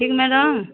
ठीक है मैडम